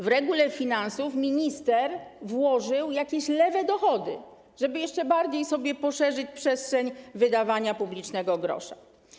Do reguły finansów minister włożył jakieś lewe dowody, żeby jeszcze bardziej poszerzyć sobie przestrzeń wydawania publicznego grosza.